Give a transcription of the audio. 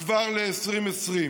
כבר ל-2020,